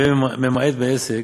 הווי ממעט בעסק,